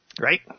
Right